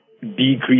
decrease